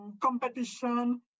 competition